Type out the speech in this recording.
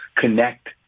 connect